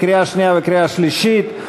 לקריאה שנייה וקריאה שלישית.